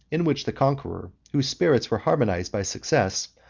in which the conqueror, whose spirits were harmonized by success,